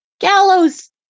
gallows